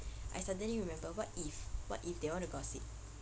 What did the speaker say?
I suddenly remember what if what if they want to gossip